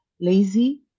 lazy